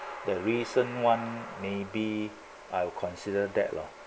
the recent one maybe I'll consider that lah